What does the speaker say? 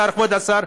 כבוד השר,